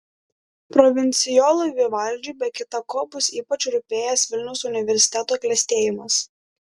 provincijolui vivaldžiui be kita ko bus ypač rūpėjęs vilniaus universiteto klestėjimas